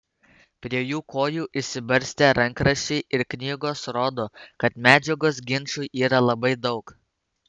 prie jų kojų išsibarstę rankraščiai ir knygos rodo kad medžiagos ginčui yra labai daug